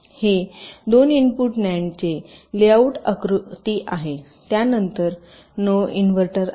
हे दोन इनपुट नंदचे लेआउट आकृती आहे त्यानंतर नो इनव्हर्टर आहे